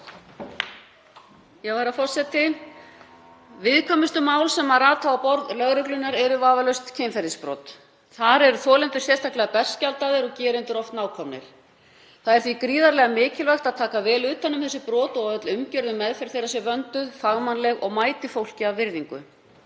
Herra forseti. Viðkvæmustu mál sem rata á borð lögreglunnar eru vafalaust kynferðisbrot. Þar eru þolendur sérstaklega berskjaldaðir og gerendur oft nákomnir. Það er því gríðarlega mikilvægt að taka vel utan um þessi brot og öll umgjörð og meðferð þeirra sé vönduð og fagmannleg og mæti fólki af virðingu.